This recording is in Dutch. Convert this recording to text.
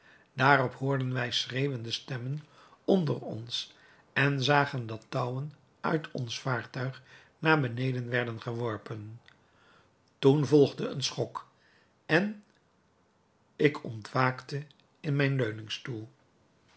daarop hoorden wij schreeuwende stemmen onder ons en zagen dat touwen uit ons vaartuig naar beneden werden geworpen toen volgde een schok en ik ontwaakte in mijn